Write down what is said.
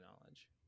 knowledge